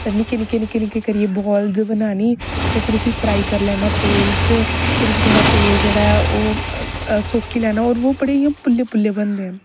निक्के निक्के करियै बाउलस बनानी ते फिर उसी फ्राई करी लैना तेल च फिर उसी थोह्ड़ा तेल जेहड़ा ऐ ओह् सोकी लेना ते ओह् बडे़ इयां पुल्ले पुल्ले बनदे न